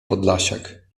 podlasiak